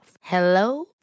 Hello